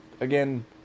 again